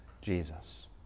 Jesus